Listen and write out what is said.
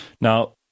Now